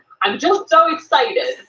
i'm just so excited,